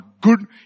good